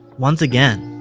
once again,